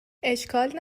اشکال